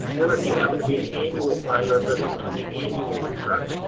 or if you happen to be an annual filer, this is on the annual return.